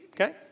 okay